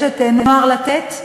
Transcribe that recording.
יש נוער "לתת",